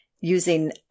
using